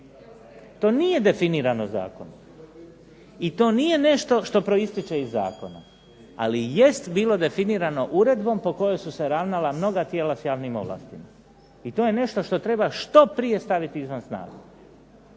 To nije definirano zakonom. I to nije nešto što proističe iz zakona. Ali jest bilo definirano uredbom po kojoj su se ravnala mnoga tijela s javnim ovlastima, i to je nešto što treba što prije staviti izvan snage.